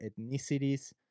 ethnicities